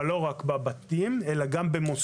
זה לא רק בבתים, זה גם במוסדות.